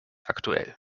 aktuell